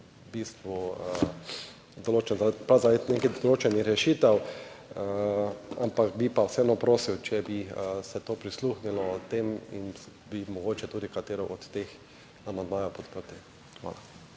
v bistvu določenih, določenih rešitev, ampak bi pa vseeno prosil, če bi se to prisluhnilo tem in bi mogoče tudi katero od teh amandmajev podprli. Hvala.